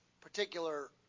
particular